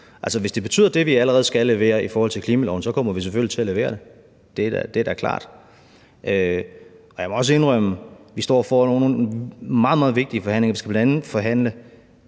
hvis det betyder det, vi allerede skal levere i forhold til klimaloven, så kommer vi selvfølgelig til at levere dér; det er da klart. Vi står foran nogle meget, meget vigtige forhandlinger. Vi skal bl.a. forhandle